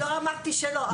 אני לא אמרתי שלא.